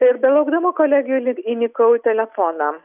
tai ir belaukdama kolegių il įnykau į telefoną